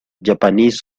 japanese